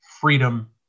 freedom